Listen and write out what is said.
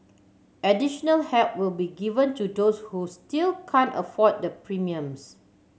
additional help will be given to those who still can't afford the premiums